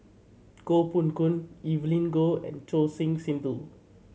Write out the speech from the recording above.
Koh Poh Koon Evelyn Goh and Choor Singh Sidhu